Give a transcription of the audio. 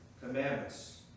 commandments